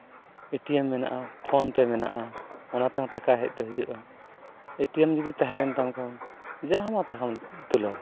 ATM ᱢᱮᱱᱟᱜᱼᱟ phone ᱯᱮ ᱢᱮᱱᱟᱜᱼᱟ ᱚᱱᱟᱛᱮᱦᱚᱸ ᱴᱟᱠᱟ ᱦᱮᱡ ᱫᱚ ᱦᱤᱡᱩᱜᱼᱟ ᱮᱴᱤᱭᱮᱢ ᱡᱩᱫᱤ ᱛᱟᱦᱮᱸᱞᱮᱱ ᱛᱟᱢ ᱠᱷᱟᱱ ᱡᱟᱦᱟᱸᱢᱟᱱ ᱛᱟᱦᱟᱢ ᱛᱩᱞᱟᱹᱣᱟ